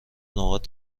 نقاط